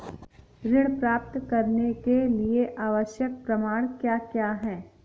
ऋण प्राप्त करने के लिए आवश्यक प्रमाण क्या क्या हैं?